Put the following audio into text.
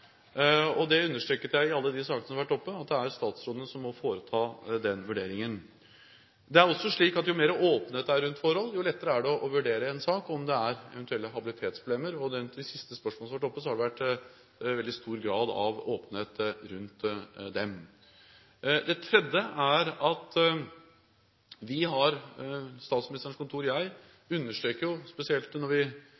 Det understreket jeg i alle de sakene som har vært oppe, at det er statsrådene som må foreta den vurderingen. Det er også slik at jo mer åpenhet det er rundt forhold, jo lettere er det å vurdere en sak og om det er eventuelle habilitetsproblemer, og når det gjelder de siste spørsmålene som har vært oppe, har det vært en veldig stor grad av åpenhet rundt dem. Det tredje er at vi – Statsministerens kontor og jeg